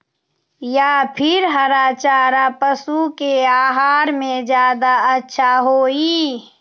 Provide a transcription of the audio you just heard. या फिर हरा चारा पशु के आहार में ज्यादा अच्छा होई?